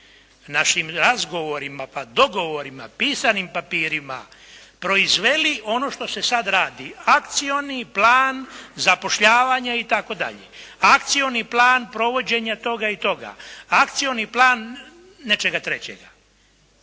našim razgovorima, pa dogovorima, pisanim papirima proizveli ono što se sad radi, akcioni plan zapošljavanja itd., akcioni plan provođenja toga i toga, akcioni plan nečega trećega.